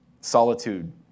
Solitude